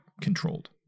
controlled